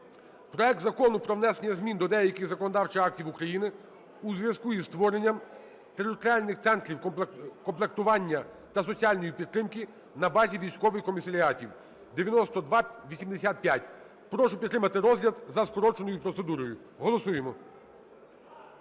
Проект Закону про внесення змін до деяких законодавчих актів України у зв'язку із створенням територіальних центрів комплектування та соціальної підтримки на базі військових комісаріатів (9285). Прошу підтримати розгляд за скороченою процедурою. Голосуємо.